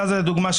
לדוגמה,